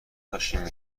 داشتین